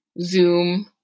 Zoom